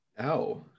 Ow